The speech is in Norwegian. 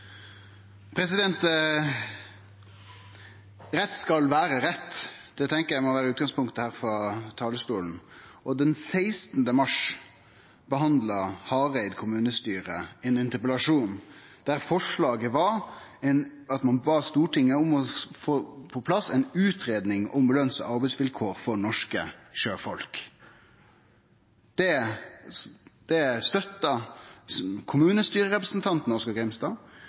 Rett skal vere rett – det tenkjer eg må vere utgangspunktet frå talarstolen. Den 16. mars behandla Hareid kommunestyre ein interpellasjon der forslaget var at ein bad Stortinget om å få på plass ei utgreiing om løns- og arbeidsvilkår for norske sjøfolk. Det støtta kommunestyrerepresentanten Oskar Grimstad.